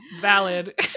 Valid